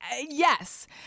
yes